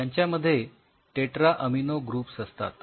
यांच्यामध्ये tetra amino groups असतात